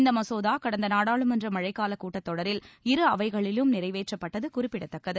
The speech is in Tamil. இந்த மசோதா கடந்த நாடாளுமன்ற மழைக்காலக் கூட்டத்தொடரில் இரு அவைகளிலும் நிறைவேற்றப்பட்டது குறிப்பிடத்தக்கது